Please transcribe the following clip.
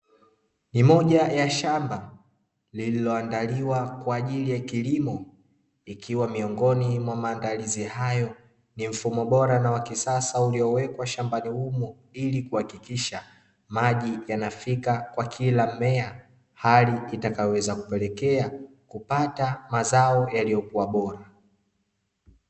Ni moja ya shamba lililoandaliwa kwa ajili ya kilimo ikiwa miongoni mwa maandalizi hayo ni mfumo bora na wa kisasa uliowekwa shambani humo, ili kuhakikisha maji yanafika kwa kila mmea, hali itakayoweza kupelekea kupata mazao yaliyokuwa bora.